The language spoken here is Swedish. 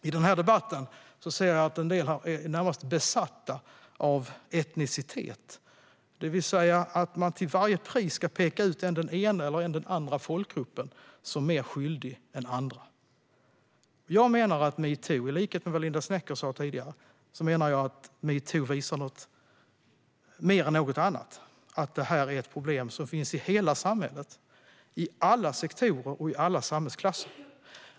I denna debatt ser jag att en del är närmast besatta av etnicitet, det vill säga att man till varje pris ska peka ut än den ena och än den andra folkgruppen som mer skyldig än andra. I likhet med vad Linda Snecker sa tidigare menar jag att metoo-uppropen mer än något annat visar att detta är ett problem som finns i hela samhället, i alla sektorer och i alla samhällsklasser.